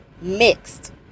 mixed